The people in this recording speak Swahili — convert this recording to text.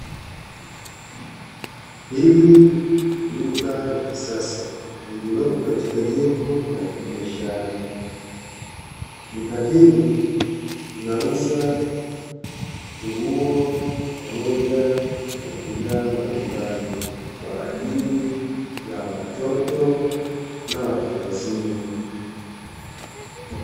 Hili ni duka la kisasa lililopo katika jengo la kibiashara, duka hili linauza nguo pamoja na bidhaa mbalimbali kwa ajili ya watoto na watu wazima.